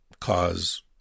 cause